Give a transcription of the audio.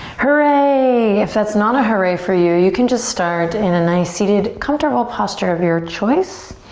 hooray! if that's not a hooray for you, you can just start in a nice seated comfortable posture of your choice.